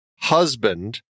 husband